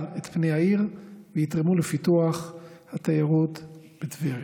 את פני העיר ויתרמו לפיתוח התיירות בטבריה.